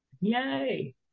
Yay